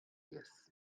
years